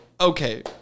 Okay